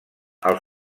als